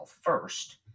first